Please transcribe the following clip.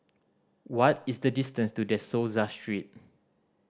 what is the distance to De Souza Street